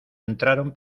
entraron